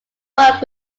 work